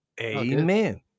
Amen